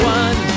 one